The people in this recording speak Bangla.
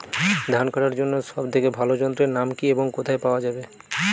ধান কাটার জন্য সব থেকে ভালো যন্ত্রের নাম কি এবং কোথায় পাওয়া যাবে?